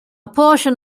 portion